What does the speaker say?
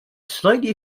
slightly